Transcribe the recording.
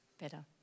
better